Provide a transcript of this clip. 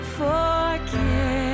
forget